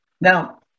Now